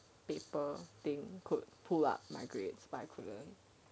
paper thing could pull up my grades but I couldn't